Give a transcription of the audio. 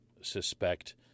suspect